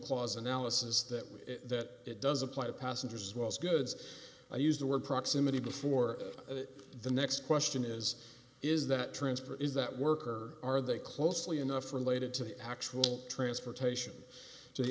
clause analysis that we that it does apply to passengers as well as goods i used the word proximity before the next question is is that transfer is that work or are they closely enough related to the actual transportation t